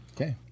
Okay